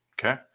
Okay